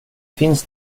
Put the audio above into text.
finns